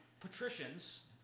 Patricians